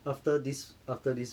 after this after this